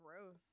gross